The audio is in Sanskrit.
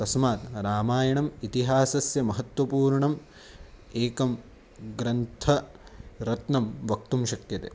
तस्मात् रामायणम् इतिहासस्य महत्त्वपूर्णम् एकं ग्रन्थरत्नं वक्तुं शक्यते